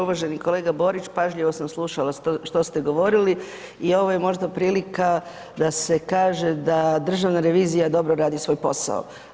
Uvaženi kolega Borić, pažljivo sam slušala što ste govorili i ovo je možda prilika da se kaže da Državna revizija dobro radi svoj posao.